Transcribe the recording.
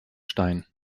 stein